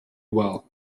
well